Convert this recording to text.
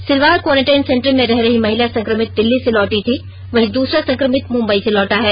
Silwar quarantine centre में रह रही महिला संक्रमित दिल्ली से लौटी थी वहीं दूसरा संक्रमित मुम्बई से लौटा है